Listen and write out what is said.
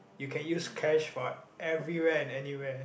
you can use cash for everywhere and anywhere